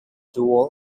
dual